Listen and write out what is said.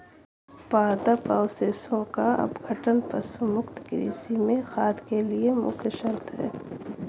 पादप अवशेषों का अपघटन पशु मुक्त कृषि में खाद के लिए मुख्य शर्त है